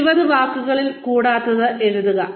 20 വാക്കുകളിൽ കൂടാത്തത് എഴുതുക